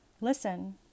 Listen